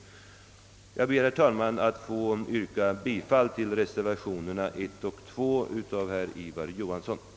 Jag ber, herr talman, att få yrka bifall till reservationerna 1 och 2 av herr Ivar Johansson m.fl.